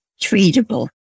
treatable